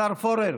השר פורר,